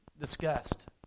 discussed